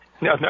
No